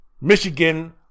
Michigan